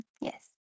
Yes